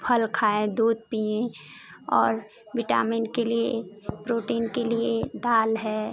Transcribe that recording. फल खाएँ दूध पिएँ और विटामिन के लिए प्रोटीन के लिए दाल है